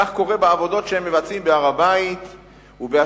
כך קורה בעבודות שהם מבצעים בהר-הבית ובהשמדת